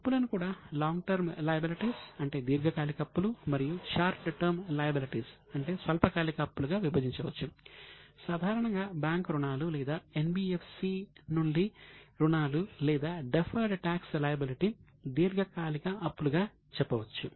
అప్పులను కూడా long term liabilities దీర్ఘకాలిక అప్పులుగా చెప్పవచ్చు